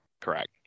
Correct